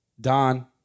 Don